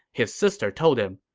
his sister told him,